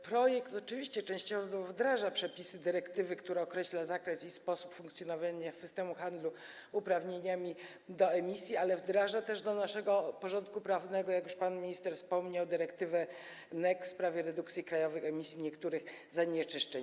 Projekt oczywiście częściowo wdraża przepisy dyrektywy, która określa zakres i sposób funkcjonowania systemu handlu uprawnieniami do emisji, ale wdraża też do naszego porządku prawnego, jak już pan minister wspomniał, dyrektywę NEC w sprawie redukcji krajowych emisji niektórych zanieczyszczeń.